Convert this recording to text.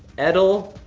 edel,